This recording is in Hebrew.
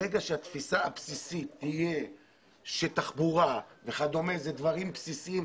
ברגע שהתפיסה הבסיסית תהיה שתחבורה וכדומה אלה דברים בסיסים,